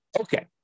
Okay